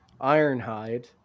Ironhide